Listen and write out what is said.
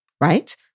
right